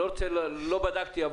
לא בדקתי,